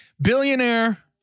Billionaire